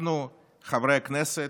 אנחנו, חברי הכנסת,